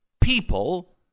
people